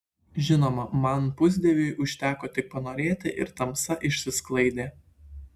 žinoma man pusdieviui užteko tik panorėti ir tamsa išsisklaidė